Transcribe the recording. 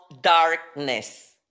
darkness